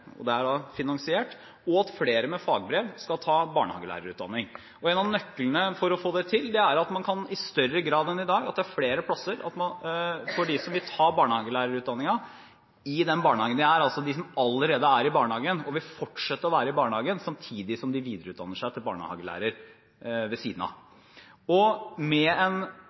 og det er finansiert – og at flere med fagbrev skal ta barnehagelærerutdanning. En nøkkel til å få til det er at det i større grad enn i dag er flere plasser for dem som vil ta barnehagelærerutdanningen i den barnehagen der de er, altså de som allerede er i barnehagen, og som vil fortsette å være i barnehagen samtidig som de videreutdanner seg til barnehagelærer ved siden av. Og med en